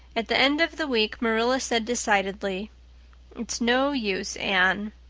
at the end of the week marilla said decidedly it's no use, anne.